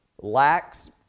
lacks